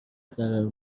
قرار